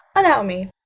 allow me.